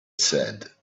said